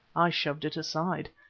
i shoved it aside.